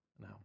No